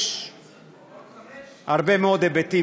יש הרבה מאוד היבטים,